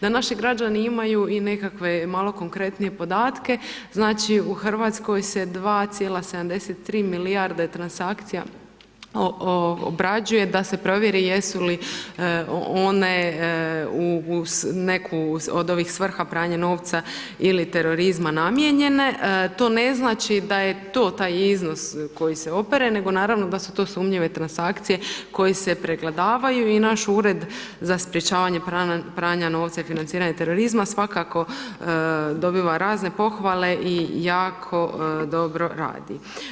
Da naši građani imaju i nekakve malo konkretnije podatke, znači u Hrvatskoj se 2,73 milijarde transakcija obrađuje da se provjeri jesu li one u neku od ovih svrha pranja novca ili terorizma namijenjene, to ne znači da je to taj iznos koji se opere nego naravno da su to sumnjive transakcije koje se pregledavaju i naš Ured za sprječavanje za pranja novca i financiranja terorizma svakako dobiva razne pohvale i jako dobro radi.